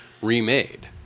remade